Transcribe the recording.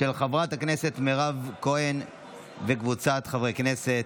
של חברת הכנסת מירב כהן וקבוצת חברי הכנסת.